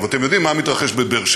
אבל אתם יודעים מה מתרחש בבאר-שבע,